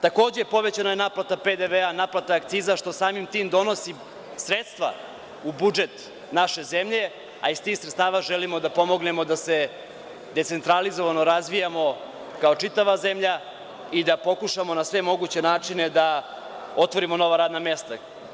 Takođe, povećana je naplata PDV-a, naplata akciza, što samim tim donosi sredstva u budžet naše zemlje, a iz tih sredstava želimo da pomognemo da se decentralizovano razvijamo kao čitava zemlja i da pokušamo na sve moguće načine da otvorimo nova radna mesta.